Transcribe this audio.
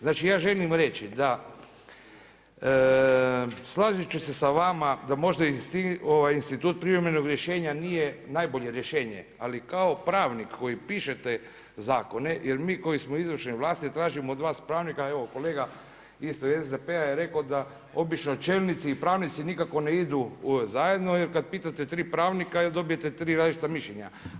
Znači ja želim reći da složiti ću se s vama da možda institut privremenog rješenja nije najbolje rješenje ali kao pravnik koji pišete zakone, jer mi koji smo izvršne vlasti tražimo od vas pravnika, evo kolega isto iz SDP-a je rekao da obično čelnici i pravnici obično nikako ne idu zajedno jer kada pitate 3 pravnika, dobijete 3 različita mišljenja.